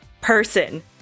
person